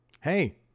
Hey